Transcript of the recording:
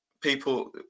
People